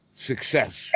success